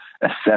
assess